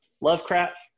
Lovecraft